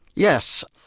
yes.